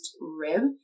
rib